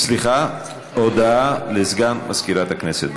הודעה לסגן מזכירת הכנסת.